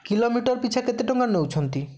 kilometre ପିଛା କେତେ ଟଙ୍କା ନେଉଛନ୍ତି